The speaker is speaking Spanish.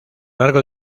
largo